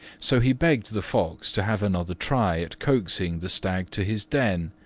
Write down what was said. so he begged the fox to have another try at coaxing the stag to his den.